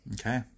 Okay